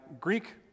Greek